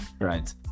right